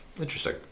interesting